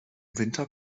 winter